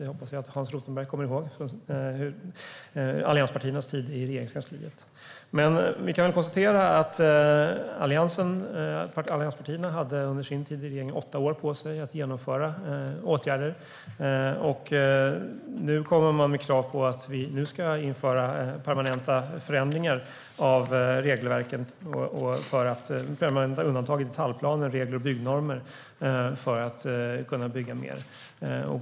Det hoppas jag att Hans Rothenberg kommer ihåg från allianspartiernas tid i Regeringskansliet. Vi kan konstatera att allianspartierna under sin tid i regeringen hade åtta år på sig att genomföra åtgärder. Nu kommer de med krav på att vi ska införa permanenta förändringar av regelverken och permanenta undantag i detaljplaner, regler och byggnormer för att kunna bygga mer.